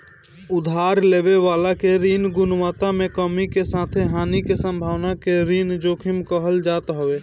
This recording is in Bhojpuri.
उधार लेवे वाला के ऋण गुणवत्ता में कमी के साथे हानि के संभावना के ऋण जोखिम कहल जात हवे